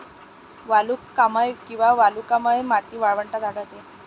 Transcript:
वालुकामय किंवा वालुकामय माती वाळवंटात आढळते